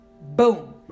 boom